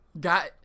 got